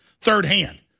third-hand